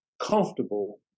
comfortable